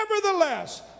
Nevertheless